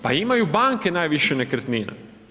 Pa imaju banke najviše nekretnina.